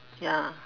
ya